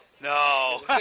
No